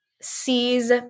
sees